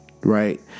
right